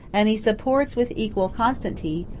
and he supports, with equal constancy,